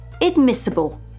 admissible